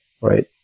right